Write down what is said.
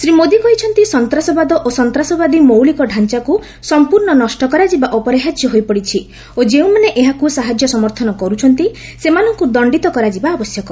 ଶ୍ରୀ ମୋଦି କହିଛନ୍ତି ସନ୍ତାସବାଦ ଓ ସନ୍ତାସବାଦୀ ମୌଳିକ ଡାଞ୍ଚାକୁ ସମ୍ପର୍ଣ୍ଣ ନଷ୍ଟ କରାଯିବା ଅପରିହାର୍ଯ୍ୟ ହୋଇପଡ଼ିଛି ଓ ଯେଉଁମାନେ ଏହାକୁ ସାହାଯ୍ୟ ସମର୍ଥନ କରୁଛନ୍ତି ସେମାନଙ୍କୁ ଦଣ୍ଡିତ କରାଯିବା ଆବଶ୍ୟକ